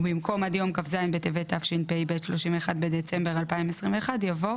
ובמקום "עד יום כ"ז בטבת התשפ"ב (31 בדצמבר 2021)" יבוא